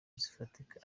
zifatika